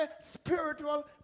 spiritual